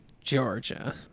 Georgia